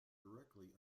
directly